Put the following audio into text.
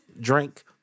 drink